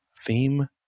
theme